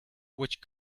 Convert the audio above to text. which